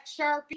Sharpie